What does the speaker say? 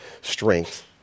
strength